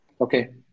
Okay